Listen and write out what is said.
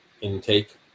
intake